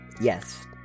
Yes